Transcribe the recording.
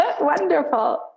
wonderful